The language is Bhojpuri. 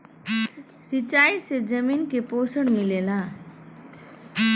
सिंचाई से जमीन के पोषण मिलेला